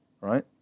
Right